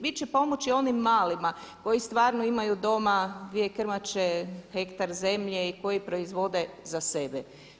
Bit će pomoći onim malima koji stvarno imaju doma dvije krmače, hektar zemlje i koji proizvode za sebe.